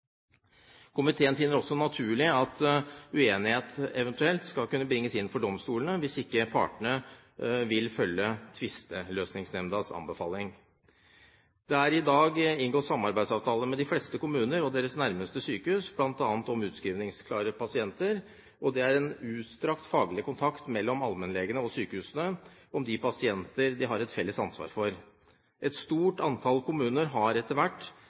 Komiteen finner det også naturlig at uenighet eventuelt skal kunne bringes inn for domstolene hvis ikke partene vil følge tvisteløsningsnemndas anbefaling. Det er i dag inngått samarbeidsavtale mellom de fleste kommuner og deres nærmeste sykehus, bl.a. om utskrivningsklare pasienter, og det er en utstrakt faglig kontakt mellom allmennlegene og sykehusene om de pasienter de har et felles ansvar for. Et stort antall kommuner har etter hvert